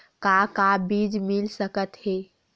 का का बीज मिल सकत हे?